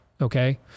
Okay